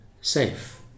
safe